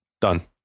Done